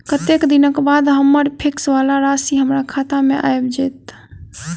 कत्तेक दिनक बाद हम्मर फिक्स वला राशि हमरा खाता मे आबि जैत?